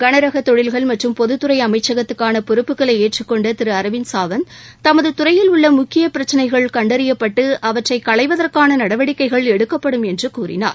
கனரகத் தொழில்கள் மற்றும் பொதுத் துறை அமைச்சகத்துக்கான பொறுப்புகளை ஏற்றுக்கொண்ட திரு அரவிந்த் சாவந்த் தமது துறையில் உள்ள முக்கிய பிரச்சினைகள் கண்டறியப்பட்டு அவற்றை களைவதற்கான நடவடிக்கைகள் எடுக்கப்படும் என்று கூறினார்